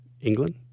England